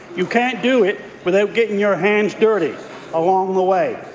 you can't do it without getting your hands dirty along the way.